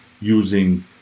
using